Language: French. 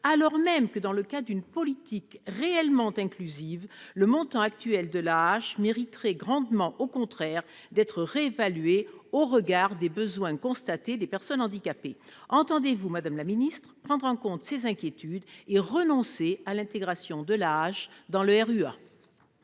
alors même que, dans le cas d'une politique réellement inclusive, le montant actuel de l'AAH mériterait grandement d'être réévalué au regard des besoins des personnes handicapées. Entendez-vous prendre en compte ces inquiétudes et renoncer à l'intégration de l'AAH dans le RUA ?